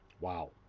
Wow